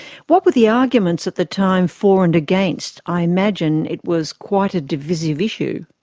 what were the arguments at the time for and against? i imagine it was quite a divisive issue.